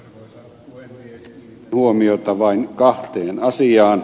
kiinnitän huomiota vain kahteen asiaan